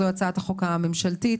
זו הצעת החוק הממשלתית,